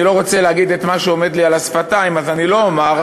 אני לא רוצה להגיד את מה שעומד לי על השפתיים,